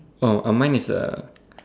oh mine is a